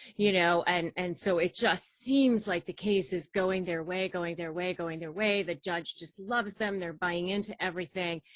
you know and and so it just seems like the case is going their way, going their way, going their way. the judge just loves them. they're buying into everything.